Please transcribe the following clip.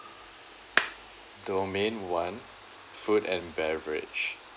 domain one food and beverage